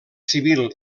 civil